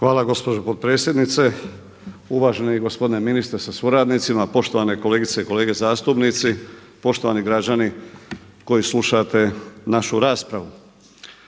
Hvala gospođo potpredsjednice, uvaženi gospodine ministre sa suradnicima, poštovane kolegice i kolege zastupnici, poštovani građani koji slušate našu raspravu.